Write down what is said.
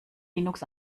linux